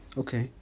okay